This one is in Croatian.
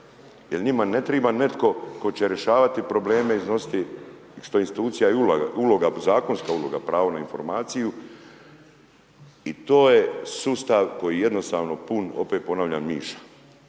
Jer njima ne treba netko tko će rješavati probleme, iznositi što je institucija i uloga, zakonska uloga, pravo na informaciju i to je sustav koji je jednostavno pun, opet ponavljam, miša